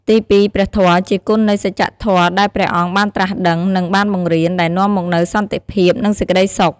ទីពីរ ព្រះធម៌ ជាគុណនៃសច្ចធម៌ដែលព្រះអង្គបានត្រាស់ដឹង និងបានបង្រៀន ដែលនាំមកនូវសន្តិភាព និងសេចក្តីសុខ។